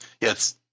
Yes